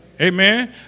Amen